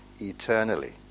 eternally